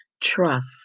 trust